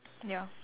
ya